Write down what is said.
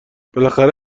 بالاخره